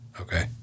Okay